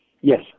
Yes